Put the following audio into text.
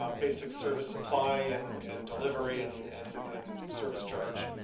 um basic service supply and and delivery and and and service charge.